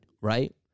right